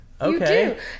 Okay